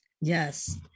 Yes